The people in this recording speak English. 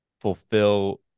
fulfill